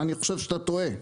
אני חושב שאתה טועה,